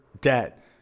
debt